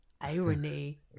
irony